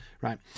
right